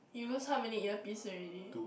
you lose how many earpiece already